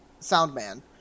Soundman